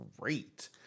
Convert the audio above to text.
Great